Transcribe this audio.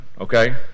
Okay